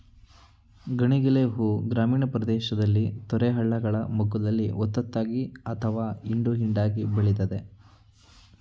ಗಣಗಿಲೆ ಹೂ ಗ್ರಾಮೀಣ ಪ್ರದೇಶದಲ್ಲಿ ತೊರೆ ಹಳ್ಳಗಳ ಮಗ್ಗುಲಲ್ಲಿ ಒತ್ತೊತ್ತಾಗಿ ಅಥವಾ ಹಿಂಡು ಹಿಂಡಾಗಿ ಬೆಳಿತದೆ